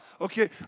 Okay